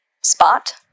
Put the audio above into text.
spot